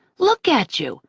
look at you,